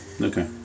Okay